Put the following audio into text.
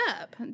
up